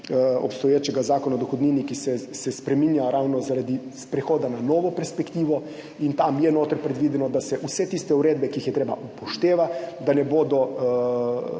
obstoječega Zakona o dohodnini, ki se spreminja ravno zaradi prehoda na novo perspektivo. In tam je predvideno, da se vse tiste uredbe, ki jih je treba upošteva, da ne bodo